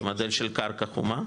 במודל של קרקע חומה.